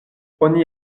oni